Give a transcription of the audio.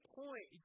point